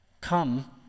Come